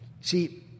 See